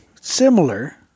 Similar